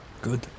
Good